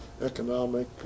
economic